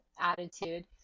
attitude